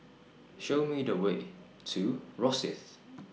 Show Me The Way to Rosyth